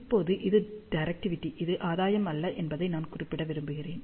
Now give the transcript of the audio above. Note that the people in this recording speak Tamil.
இப்போது இது டிரெக்டிவிடி இது ஆதாயம் அல்ல என்பதை நான் குறிப்பிட விரும்புகிறேன்